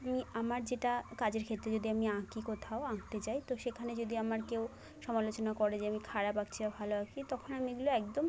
আমি আমার যেটা কাজের ক্ষেত্রে যদি আমি আঁকি কোথাও আঁকতে যাই তো সেখানে যদি আমার কেউ সমালোচনা করে যে আমি খারাপ আঁকছি বা ভালো আঁকি তখন আমি এগুলো একদম